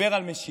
דיבר על משילות,